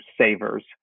savers